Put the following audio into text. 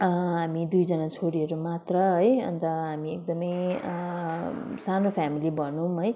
हामी दुईजना छोरीहरू मात्र है अन्त हामी एकदमै सानो फ्यामिली भनौँ है